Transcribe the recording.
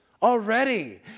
already